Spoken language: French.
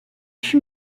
fut